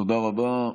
תודה רבה.